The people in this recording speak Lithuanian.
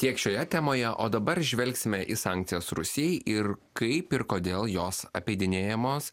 tiek šioje temoje o dabar žvelgsime į sankcijas rusijai ir kaip ir kodėl jos apeidinėjamos